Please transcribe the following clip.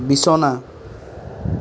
বিছনা